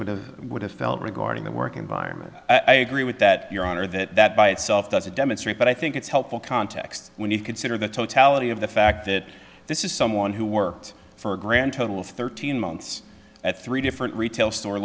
would have would have felt regarding the work environment i agree with that your honor that that by itself doesn't demonstrate but i think it's helpful context when you consider the totality of the fact that this is someone who worked for a grand total of thirteen months at three different retail store